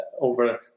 over